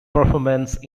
performance